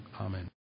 Amen